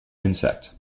insect